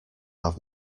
have